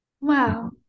Wow